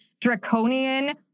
draconian